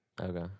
Okay